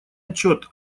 отчет